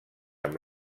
amb